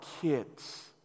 kids